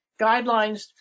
Guidelines